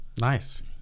Nice